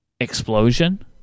explosion